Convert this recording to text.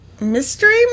Mystery